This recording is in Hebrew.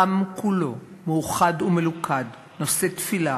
העם כולו מאוחד ומלוכד, נושא תפילה